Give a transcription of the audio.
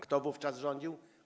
Kto wówczas rządził?